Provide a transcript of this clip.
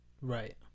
Right